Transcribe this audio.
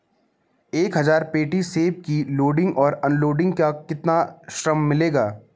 एक हज़ार पेटी सेब की लोडिंग और अनलोडिंग का कितना श्रम मिलेगा?